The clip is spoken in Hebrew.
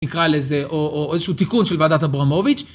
נקרא לזה, או-או איזשהו תיקון של ועדת אברמוביץ',